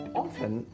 often